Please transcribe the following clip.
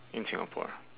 in singapore lah